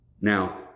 Now